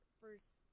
first